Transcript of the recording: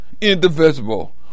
indivisible